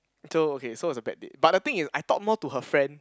so okay so was the bad date but the thing is I talk more to her friend